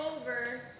over